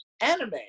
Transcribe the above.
anime